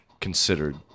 considered